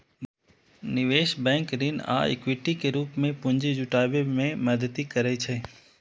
निवेश बैंक ऋण आ इक्विटी के रूप मे पूंजी जुटाबै मे मदति करै छै